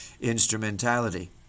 instrumentality